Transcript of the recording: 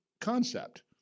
concept